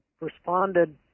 responded